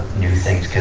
new things.